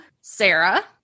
Sarah